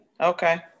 Okay